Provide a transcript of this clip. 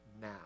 now